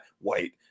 white